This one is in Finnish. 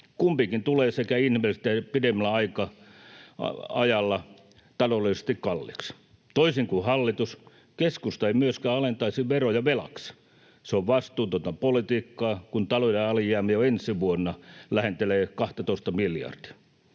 Kumpikin tulee sekä inhimillisesti että pidemmällä ajalla taloudellisesti kalliiksi. Toisin kuin hallitus, keskusta ei myöskään alentaisi veroja velaksi. Se on vastuutonta politiikkaa, kun talouden alijäämä jo ensi vuonna lähentelee 12:ta miljardia.